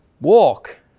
walk